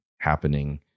happening